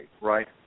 right